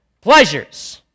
pleasures